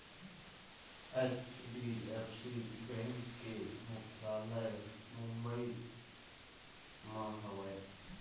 HDFC bank के मुख्यालय मुंबई म हवय